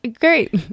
great